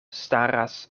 staras